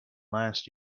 last